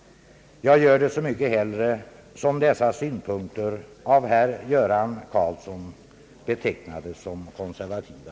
Jag gör det så mycket hellre som dessa synpunkter av herr Göran Karlsson betecknades såsom konservativa!